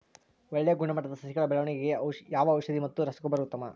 ಒಳ್ಳೆ ಗುಣಮಟ್ಟದ ಸಸಿಗಳ ಬೆಳವಣೆಗೆಗೆ ಯಾವ ಔಷಧಿ ಮತ್ತು ರಸಗೊಬ್ಬರ ಉತ್ತಮ?